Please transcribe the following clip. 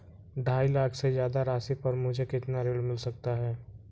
ढाई लाख से ज्यादा राशि पर मुझे कितना ऋण मिल सकता है?